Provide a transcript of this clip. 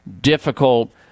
difficult